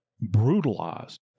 brutalized